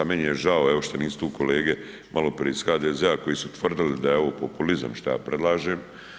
Meni je žao evo što nisu tu kolege maloprije iz HDZ-a koji su tvrdili da je ovo populizam šta ja predlažem.